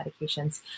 medications